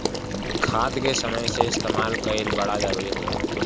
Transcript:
खाद के समय से इस्तेमाल कइल बड़ा जरूरी होला